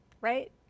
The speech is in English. Right